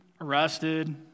arrested